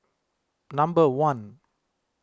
number one